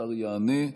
השר יענה,